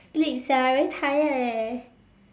sleep sia I very tired eh